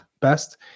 best